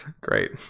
Great